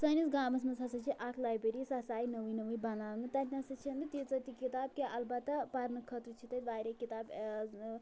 سٲنِس گامَس منٛز ہسا چھِ اَکھ لایبرٛیری سۄ ہسا آیہِ نوٕے نوٕے بناونہٕ تتہِ نَہ سا چھَنہٕ تیٖژاہ تہِ کتاب کیٚنٛہہ البتہ پرنہٕ خٲطرٕ چھِ تتہِ واریاہ کتاب ٲں ٲں